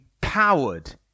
powered